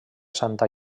santa